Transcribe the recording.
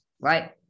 right